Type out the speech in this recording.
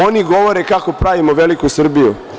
Oni govore kako pravimo veliku Srbiju.